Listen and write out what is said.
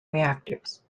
reactors